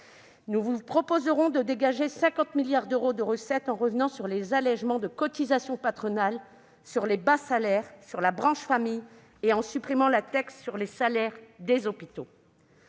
Nous vous proposerons de dégager 50 milliards d'euros de recettes en revenant sur les allégements de cotisations patronales sur les bas salaires, sur la branche famille et en supprimant la taxe sur les salaires des hôpitaux.